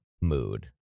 mood